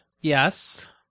Yes